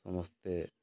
ସମସ୍ତେ